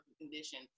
condition